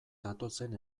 datozen